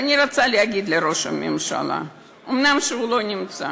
ואני רוצה להגיד לראש הממשלה, אומנם הוא לא נמצא,